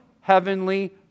heavenly